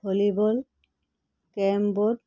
volleyball carrom board